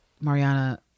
Mariana